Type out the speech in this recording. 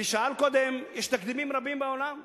מי ששאל קודם, יש תקדימים רבים בעולם,